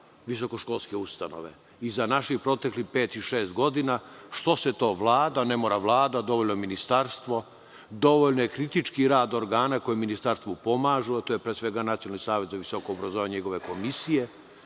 visokoškolske ustanove? Za naših proteklih pet-šest godina što se to Vlada, ne mora Vlada dovoljno ministarstvo dovoljan je kritički rad organa koje ministarstvu pomažu, a to je pre svega Nacionalni savet za visoko obrazovanje i njegove komisije,